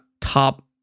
Top